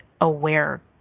aware